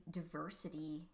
diversity